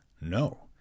no